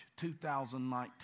2019